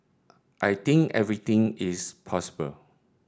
I think everything is possible